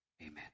Amen